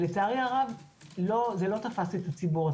לצערי הרב זה לא תפס את הציבור.